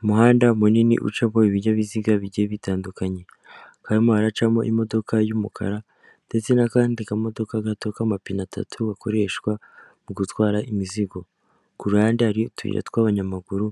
Umuhanda munini ucamo ibinyabiziga bigiye bitandukanye, harimo haracamo imodoka y'umukara ndetse n'akandi kamodoka gato k'amapine atatu gakoreshwa mu gutwara imizigo, ku ruhande hari utura tw'abanyamaguru